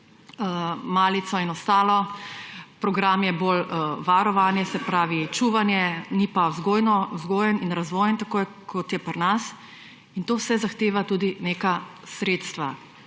malico in ostalo, program je bolj varovanje, se pravi, čuvanje, ni pa vzgojen in razvojen, tako kot je pri nas, in to vse zahteva tudi neka sredstva.